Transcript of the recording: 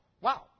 wow